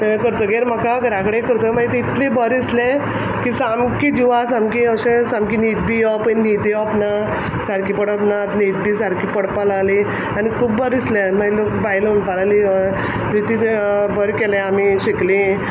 हें करतगीर म्हाका घरा कडे करत माय ती इतली बरें दिसलें की सामकें जिवा सामकें अशें सामकें न्हीद बी येवोप पयन न्हीद येवोप ना सारकी पडप ना न्हीद बी सारकी पडपा लागली आनी खूब बरें दिसलें आन माय लोक बायलो म्हुणपा लागलीं हय प्रिती तुंवें बरें केलें आमी शिकलीं